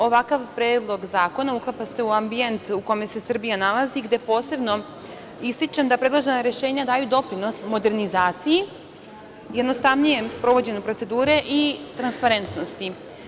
Ovakav predlog zakona uklapa se u ambijent u kome se Srbija nalazi, gde posebno ističem da predložena rešenja daju doprinos modernizaciji i jednostavnijem sprovođenju procedure i transparentnosti.